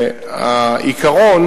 חבר הכנסת בר-און,